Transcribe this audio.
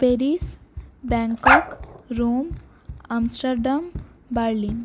Paris Bangkok Rome Amsterdam Berlin